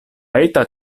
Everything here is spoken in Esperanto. eta